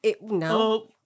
No